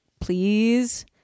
please